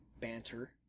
banter